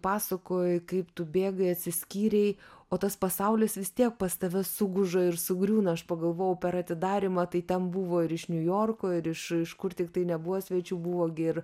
pasakoji kaip tu bėgai atsiskyrei o tas pasaulis vis tiek pas tave suguža ir sugriūna aš pagalvojau per atidarymą tai ten buvo ir iš niujorko ir iš iš kur tiktai nebuvo svečių buvo gi ir